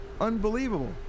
Unbelievable